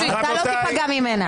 אתה לא תיפגע ממנה.